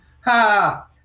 Ha